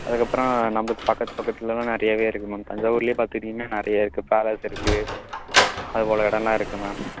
அதுக்கப்பறம் நம்மளுக்கு பக்கத்து பக்கத்தில் தான் நிறையாவே இருக்கு மேம் தஞ்சாவூரரில் பார்த்துக்கிட்டீங்கன்னா நிறையா இருக்குது பேலஸ் இருக்குது அவ்வளோ இடலாம் இருக்குது மேம்